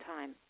time